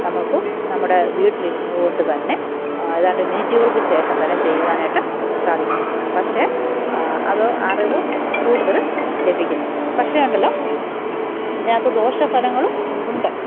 നമുക്കും നമ്മുടെ വീട്ടിൽ ഇരുന്നുകൊണ്ട് തന്നെ ഏതാണ്ട് മിനിറ്റുകള്ക്ക് ശേഷം തന്നെ ചെയ്യുവാനായിട്ട് സാധിക്കുന്നു പക്ഷേ അത് അറിവ് കൂടുതൽ ലഭിക്കുന്നു പക്ഷേ ഉണ്ടല്ലോ ഇതിനകത്ത് ദോഷഫലങ്ങളും ഉണ്ട്